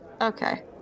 okay